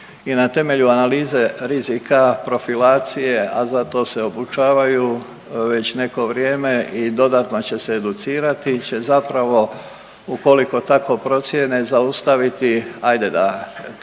i na temelju analize rizika, profilacije, a za to se obučavaju već neko vrijeme i dodatno će se educirati će zapravo ukoliko tako procijene zaustaviti ajde da